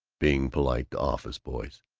being polite to office-boys.